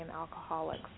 alcoholics